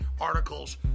articles